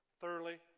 thoroughly